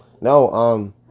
no